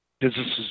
businesses